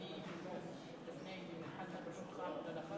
אדוני היושב-ראש,